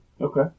Okay